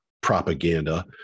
propaganda